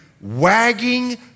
wagging